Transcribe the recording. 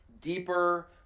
deeper